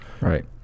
right